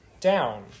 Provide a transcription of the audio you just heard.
down